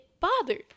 bothered